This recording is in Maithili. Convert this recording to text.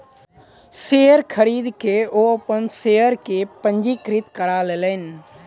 शेयर खरीद के ओ अपन शेयर के पंजीकृत करा लेलैन